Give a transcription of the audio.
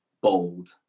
bold